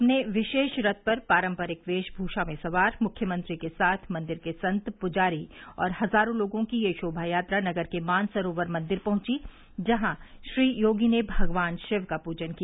अपने विशेष रथ पर पारम्परिक वेश भूषा में सवार मुख्यमंत्री के साथ मंदिर के संत पुजारी और हजारो लोगों की यह शोभायात्रा नगर के मानसरोवर मंदिर पहंची जहां श्री योगी ने भगवान शिव का पूजन किया